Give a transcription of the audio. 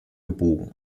gebogen